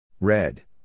Red